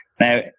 Now